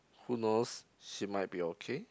who knows she might be okay